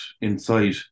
inside